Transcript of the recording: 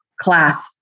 class